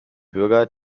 bürger